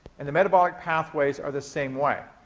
and the metabolic pathways are the same way.